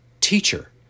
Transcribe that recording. Teacher